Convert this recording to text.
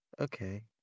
okay